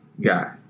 Guy